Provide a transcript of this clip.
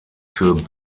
für